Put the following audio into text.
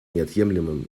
неотъемлемым